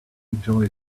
enjoy